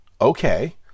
Okay